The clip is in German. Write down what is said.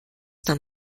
dann